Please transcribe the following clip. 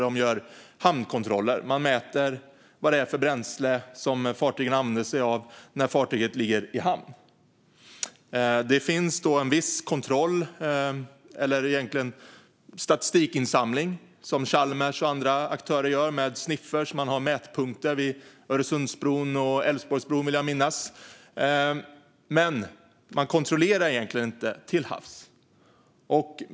De gör hamnkontroller, där de mäter vad det är för bränsle som fartygen använder sig av när fartyget ligger i hamn. Det finns en viss kontroll eller egentligen statistikinsamling som Chalmers och andra aktörer gör med sniffrar. Man har mätpunkter vid Öresundsbron och Älvsborgsbron, vill jag minnas. Men man kontrollerar egentligen inte till havs.